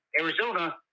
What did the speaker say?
Arizona